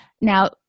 Now